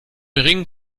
ring